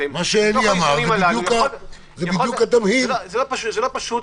הכנסת אבידר ואלהרר לא פשוט,